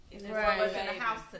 Right